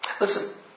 Listen